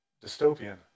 dystopian